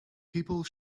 people